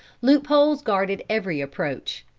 loop-holes guarded every approach.